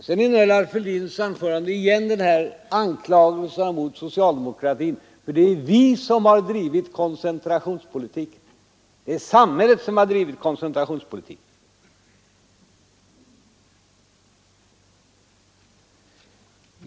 Sedan innehöll herr Fälldins anförande igen den här anklagelsen mot socialdemokratin för att ha drivit koncentrationspolitiken. Det är samhället som drivit koncentrationspolitiken, sade herr Fälldin.